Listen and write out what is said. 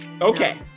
Okay